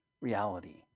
reality